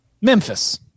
Memphis